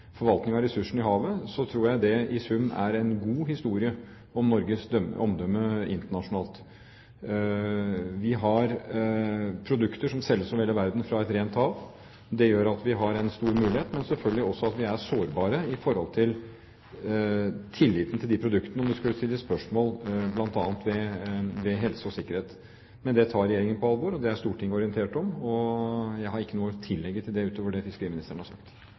forvaltning av ressursene i havet, tror jeg det i sum er en god historie om Norges omdømme internasjonalt. Vi har produkter som selges over hele verden, fra et rent hav. Det gjør at vi har en stor mulighet, men selvfølgelig også at vi er sårbare med hensyn til tilliten til disse produktene, dersom det skulle stilles spørsmål ved bl.a. helse og sikkerhet. Men det tar regjeringen på alvor, og det er Stortinget orientert om. Jeg har ikke noe å tillegge utover det fiskeriministeren har sagt.